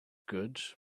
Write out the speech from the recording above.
good